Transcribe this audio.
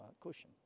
cushion